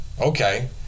okay